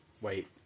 Wait